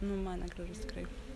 nu man negražus tikrai